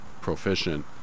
proficient